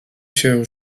się